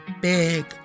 big